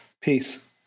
peace